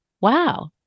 wow